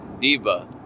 diva